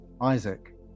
isaac